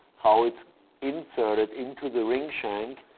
how it's inserted into the ring shank.